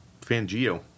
Fangio